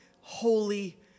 holy